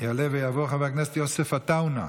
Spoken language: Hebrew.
יעלה ויבוא חבר הכנסת יוסף עטאונה,